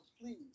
please